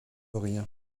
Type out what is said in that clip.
rien